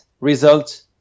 result